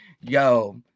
yo